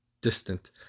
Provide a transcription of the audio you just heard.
distant